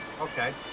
Okay